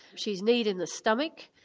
she's kneed in the stomach,